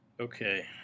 Okay